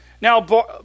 Now